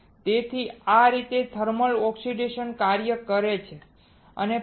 તેથી આ રીતે થર્મલ ઓક્સિડેશન કાર્ય કરે છે